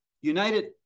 United